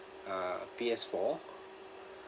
uh P_S four